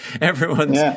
everyone's